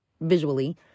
visually